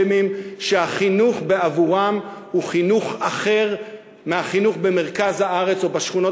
שהחינוך בעבורם הוא חינוך אחר מהחינוך במרכז הארץ או בשכונות